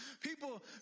People